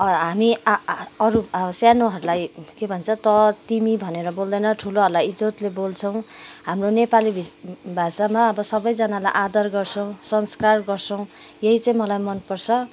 हामी अरू आ आ अरू सानोहरूलाई के भन्छ त तिमी भनेर बोल्दैन ठुलोहरलाई इज्जतले बोल्छौ हाम्रो नेपाली भाषामा अब सबैजनालाई आदर गर्छौँ संस्कार गर्छौँ यही ड्राइभरै मलाई मनपर्छ